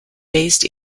based